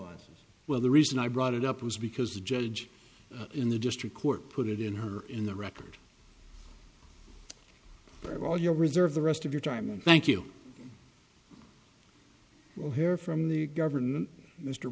life well the reason i brought it up was because the judge in the district court put it in her in the record but all your reserve the rest of your time and thank you will hear from the government mr